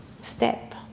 step